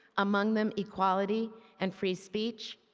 among them equality and free speech,